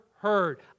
heard